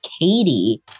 Katie